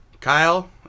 Kyle